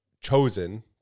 chosen